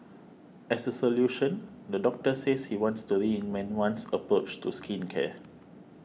as a solution the doctor says he wants to reinvent one's approach to skincare